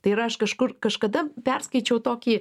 tai yra aš kažkur kažkada perskaičiau tokį